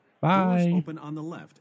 Bye